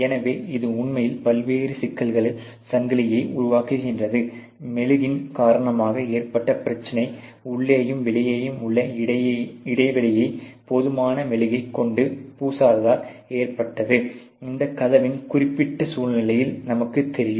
எனவே இது உண்மையில் பல்வேறு சிக்கல்களின் சங்கிலியை உருவாக்குகிறது மெழுகின் காரணமாக ஏற்பட்ட பிரச்சனை உள்ளேயும் வெளியேயும் உள்ள இடைவெளியை போதுமான மெழுகை கொண்டு புசாததால் ஏற்பட்டது இந்த கதவின் குறிப்பிட்ட சூழ்நிலையில் நமக்கு தெரியும்